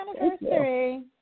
anniversary